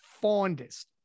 fondest